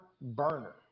burner